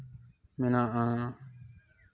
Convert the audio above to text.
ᱢᱮᱱᱟᱜᱼᱟ